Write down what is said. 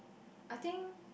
I think